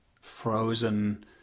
frozen